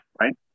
Right